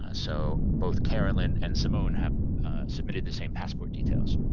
ah so both carolyn and simone have submitted the same password details.